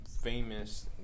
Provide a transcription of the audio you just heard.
famous